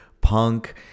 punk